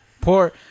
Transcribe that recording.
Poor